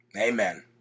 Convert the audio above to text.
Amen